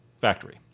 factory